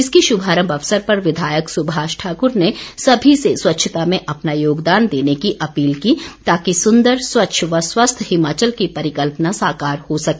इसके शुभारम्भ अवसर पर विधायक सुभाष ठाकुर ने सभी से स्वच्छता में अपना योगदान देने की अपील की तॉकि सुंदर स्वच्छ व स्वस्थ हिमाचल की परिकल्पना साकार हो सके